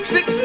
Six